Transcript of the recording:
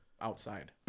outside